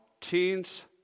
teens